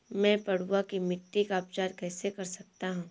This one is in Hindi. मैं पडुआ की मिट्टी का उपचार कैसे कर सकता हूँ?